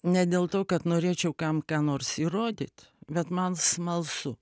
ne dėl to kad norėčiau kam ką nors įrodyt bet man smalsu